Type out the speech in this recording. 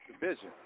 division